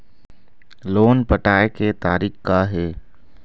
Loan पटाए के तारीख़ का हे?